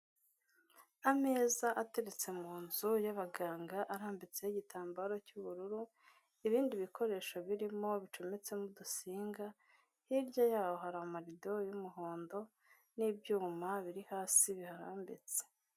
Ameza ateretse mu nzu y'abaganga arambitseho igitambaro cy'ubururu, ibindi bikoresho birimo bicometsemo udunsinga, hirya y'aho hari amarido y'umuhondo n'ibyuma biri hasi biharambitse.